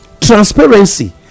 transparency